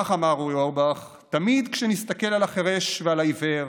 כך אמר אורי אורבך: "ותמיד כשנסתכל על החירש ועל העיוור,